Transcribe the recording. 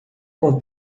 com